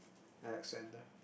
Alexander